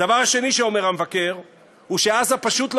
הדבר השני שאומר המבקר הוא שעזה פשוט לא